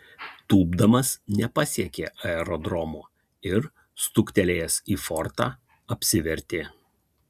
tūpdamas nepasiekė aerodromo ir stuktelėjęs į fortą apsivertė